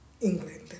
england